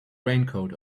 raincoat